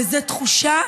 שהם ישבו פחות,